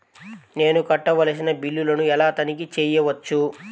నేను కట్టవలసిన బిల్లులను ఎలా తనిఖీ చెయ్యవచ్చు?